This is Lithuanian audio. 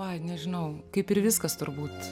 ai nežinau kaip ir viskas turbūt